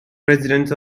presidents